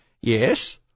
Yes